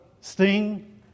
sting